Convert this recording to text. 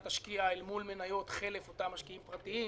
תשקיע אל מול מניות חלף אותם משקיעים אותם פרטיים,